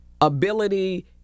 Ability